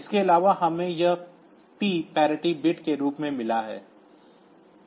इसके अलावा हमें यह P बिट के रूप में मिला है